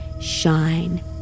shine